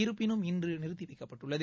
இருப்பினும் இன்று நிறுத்தி வைக்கப்பட்டுள்ளது